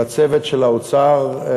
לצוות של האוצר.